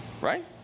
Right